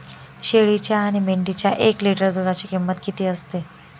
शेळीच्या आणि मेंढीच्या एक लिटर दूधाची किंमत किती असते?